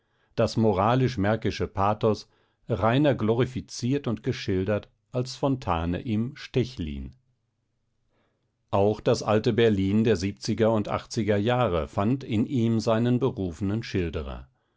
das moralisch märkische pathos reiner glorifiziert und geschildert als fontane im stechlin auch das alte berlin der siebziger und achtziger jahre fand in ihm seinen berufenen schilderer